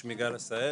שמי גל עשהאל,